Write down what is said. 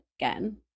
again